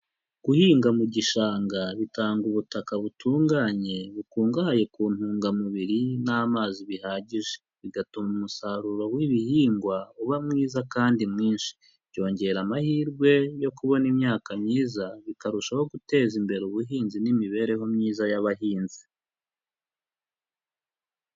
Guhinga mu gishanga bitanga ubutaka butunganye bukungahaye ku ntungamubiri n'amazi bihagije bigatuma umusaruro w'ibihingwa uba mwiza kandi mwinshi byongera amahirwe yo kubona imyaka myiza bikarushaho guteza imbere ubuhinzi n'imibereho myiza y'abahinzi.